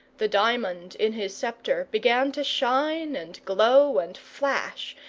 the diamond in his sceptre began to shine and glow, and flash,